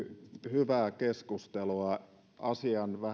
hyvää keskustelua asian vähän